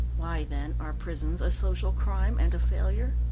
why, then, are prisons a social crime and a failure?